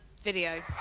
video